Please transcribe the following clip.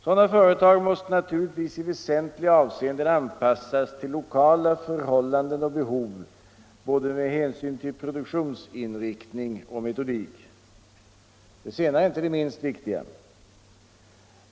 Sådana företag måste naturligtvis i väsentliga avseenden anpassas till lokala förhållanden och behov med hänsyn till både produktionsinriktning och metodik. Det senare är inte det minst viktiga.